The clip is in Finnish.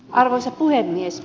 arvoisa puhemies